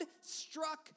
struck